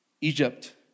Egypt